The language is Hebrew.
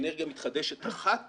אנרגיה מתחדשת אחת